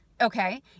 Okay